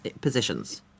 positions